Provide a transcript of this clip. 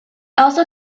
also